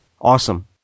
Awesome